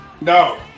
No